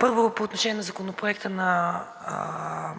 Първо, по отношение на Законопроекта на